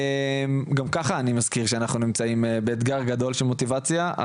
גם ככה אני מזכיר שאנחנו נמצאים באתגר גדול של מוטיבציה.